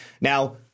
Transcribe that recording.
Now